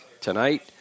tonight